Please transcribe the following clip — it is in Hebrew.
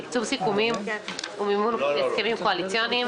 תקצוב סיכומים ומימון הסכמים קואליציוניים,